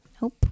Nope